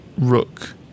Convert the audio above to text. rook